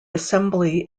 assembly